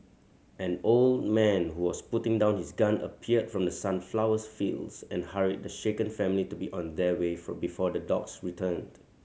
an old man who was putting down his gun appeared from the sunflowers fields and hurried the shaken family to be on their way for before the dogs returned